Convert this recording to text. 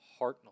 Hartnell